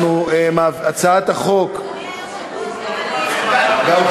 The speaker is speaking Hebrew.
הצעת החוק, אדוני היושב-ראש, גם אני.